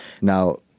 Now